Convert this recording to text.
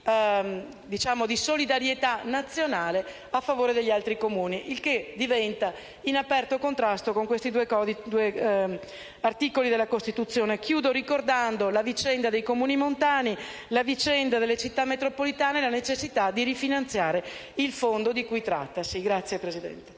di solidarietà nazionale a favore degli altri Comuni, il che è in aperto contrasto con i predetti articoli della Costituzione. Chiudo ricordando la vicenda dei Comuni montani, delle Città metropolitane e la necessità di rifinanziare il Fondo di cui trattasi. *(Applausi del